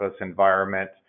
environment